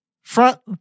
front